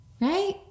Right